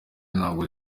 ntabwo